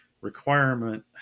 requirement